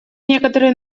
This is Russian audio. некоторые